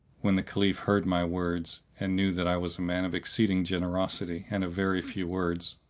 when the caliph heard my words and knew that i was a man of exceeding generosity and of very few words,